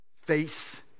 Face